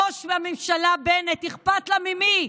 בוש הממשלה בנט, אכפת לה ממי?